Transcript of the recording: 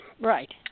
Right